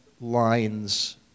lines